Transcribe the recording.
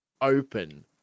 open